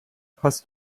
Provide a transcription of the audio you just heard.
hast